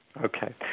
Okay